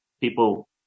People